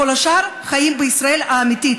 כל השאר חיים בישראל האמיתית,